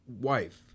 wife